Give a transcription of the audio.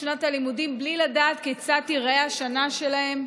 שנת הלימודים בלי לדעת כיצד תיראה השנה שלהם,